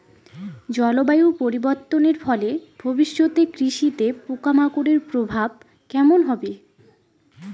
জলবায়ু পরিবর্তনের ফলে ভবিষ্যতে কৃষিতে পোকামাকড়ের প্রভাব কেমন হবে?